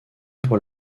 pour